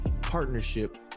partnership